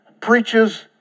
preaches